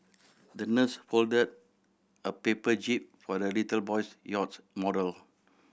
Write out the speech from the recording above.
the nurse folded a paper jib for the little boy's yacht model